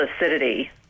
acidity